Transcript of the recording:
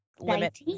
limit